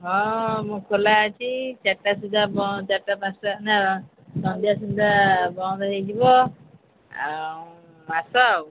ହଁ ମୁଁ ଖୋଲା ଅଛି ଚାରିଟା ସୁଧା ଚାରିଟା ପାଞ୍ଚଟା ସନ୍ଧ୍ୟା ସୁଧା ବନ୍ଦ ହେଇଯିବ ଆଉ ଆସ ଆଉ